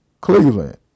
Cleveland